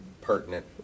pertinent